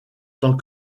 tant